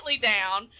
down